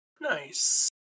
Nice